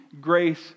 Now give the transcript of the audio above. grace